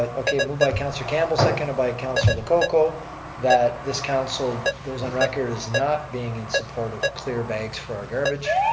ah okay, a move by councilor campbell, seconded by councilor lococo that this council goes on record as not being in support of clear bags for our garbage.